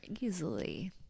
easily